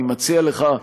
אני מציע לך,